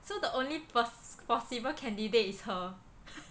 so the only pers~ possible candidate is her